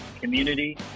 community